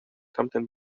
tamten